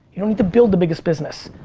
you don't need to build the biggest business.